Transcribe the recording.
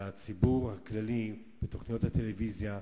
ולציבור הכללי בתוכניות הטלוויזיה,